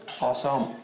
awesome